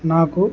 నాకు